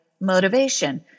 motivation